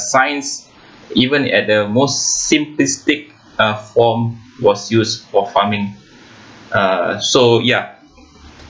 science even at the most simplistic uh form was used for farming uh so ya